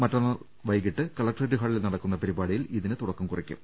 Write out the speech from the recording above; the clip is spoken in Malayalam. മറ്റന്നാൾ വൈകീട്ട് കളക്ട്രേറ്റ് ഹാളിൽ നടക്കുന്ന പരിപാടിയിൽ ഇതിന് തുടക്കം കുറിക്കും